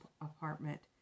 apartment